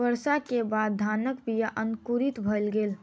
वर्षा के बाद धानक बीया अंकुरित भअ गेल